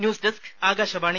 news desk Akashvani